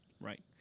Right